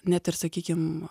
net ir sakykim